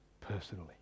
personally